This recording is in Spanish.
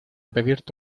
pedirte